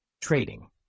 Trading